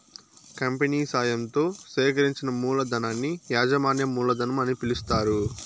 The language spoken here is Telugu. కంపెనీ సాయంతో సేకరించిన మూలధనాన్ని యాజమాన్య మూలధనం అని పిలుస్తారు